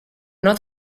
not